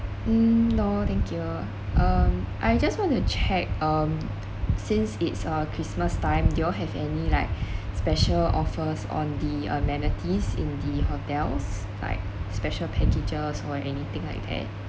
no thank you um I just want to check um since it's uh christmas time do you all have any like special offers on the amenities in the hotels like special packages or anything like that